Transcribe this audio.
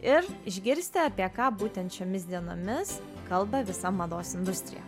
ir išgirsti apie ką būtent šiomis dienomis kalba visa mados industrija